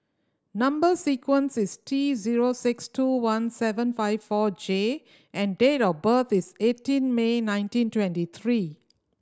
number sequence is T zero six two one seven five four J and date of birth is eighteen May nineteen twenty three